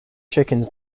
chickens